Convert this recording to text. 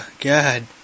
God